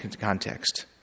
context